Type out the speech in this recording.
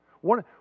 One